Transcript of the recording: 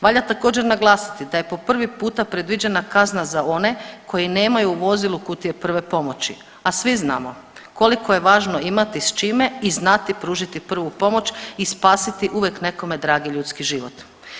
Valja također naglasiti da je po prvi puta predviđena kazna za one koji nemaju u vozilu kutije prve pomoći, a svi znamo koliko je važno imati s čime i znati pružiti prvu pomoć i spasiti uvijek nekome dragi ljudski život.